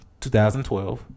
2012